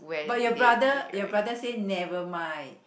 but your brother your brother say never mind